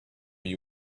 you